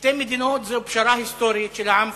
שתי מדינות זו פשרה היסטורית של העם הפלסטיני,